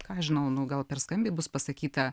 ką žinau nu gal per skambiai bus pasakyta